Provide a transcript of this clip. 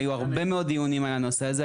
היו הרבה מאוד דיונים על הנושא הזה,